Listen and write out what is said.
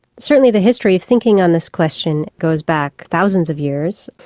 certainly the history of thinking on this question goes back thousands of years.